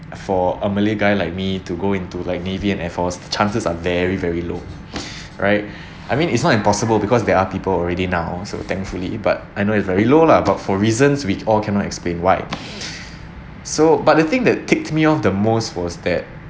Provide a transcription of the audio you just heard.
for a malay guy like me to go into like navy and air force chances are very very low right I mean it's not impossible because there are people already now so thankfully but I know it's very low lah but for reasons which all cannot explain why so but the thing that ticked me off the most was that